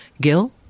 Gil